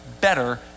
better